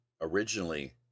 originally